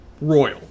royal